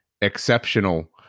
exceptional